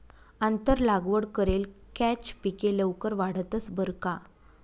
आंतर लागवड करेल कॅच पिके लवकर वाढतंस बरं का